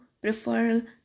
prefer